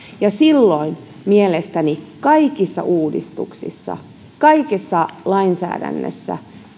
ja silloin mielestäni kaikissa uudistuksissa kaikessa lainsäädännössä